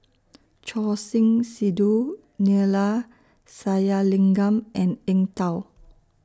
Choor Singh Sidhu Neila Sathyalingam and Eng Tow